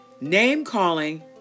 name-calling